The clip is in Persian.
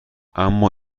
اما